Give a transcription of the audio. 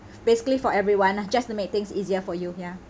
basically for everyone lah just to make things easier for you ya